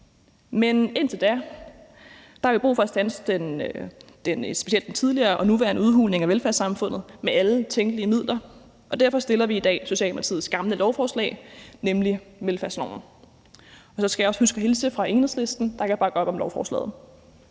Men indtil da har vi brug for at standse specielt den tidligere og den nuværende udhuling af velfærdssamfundet med alle tænkelige midler, og derfor fremlægger vi i dag Socialdemokratiets gamle lovforslag, nemlig forslag til lov om velfærd. Så skal jeg også huske at hilse fra Enhedslisten, der kan bakke op om lovforslaget.